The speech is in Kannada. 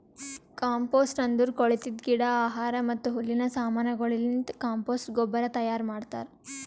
ಕಾಂಪೋಸ್ಟ್ ಅಂದುರ್ ಕೊಳತಿದ್ ಗಿಡ, ಆಹಾರ ಮತ್ತ ಹುಲ್ಲಿನ ಸಮಾನಗೊಳಲಿಂತ್ ಕಾಂಪೋಸ್ಟ್ ಗೊಬ್ಬರ ತೈಯಾರ್ ಮಾಡ್ತಾರ್